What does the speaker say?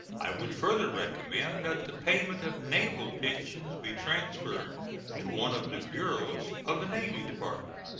i would further recommend that the payment of naval pensions be transferred to one of the bureaus of the navy department.